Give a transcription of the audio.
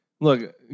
look